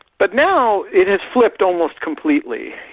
but now it has flipped almost completely.